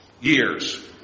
years